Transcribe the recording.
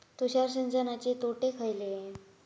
तुषार सिंचनाचे तोटे खयले?